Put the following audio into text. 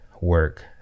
work